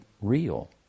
real